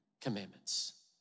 commandments